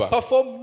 Perform